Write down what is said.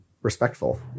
respectful